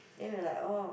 then I like oh